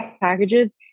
packages